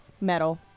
metal